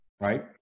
Right